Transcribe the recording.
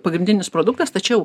pagrindinis produktas tačiau